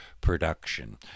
production